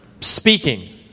speaking